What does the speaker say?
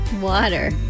water